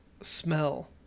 smell